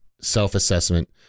self-assessment